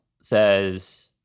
says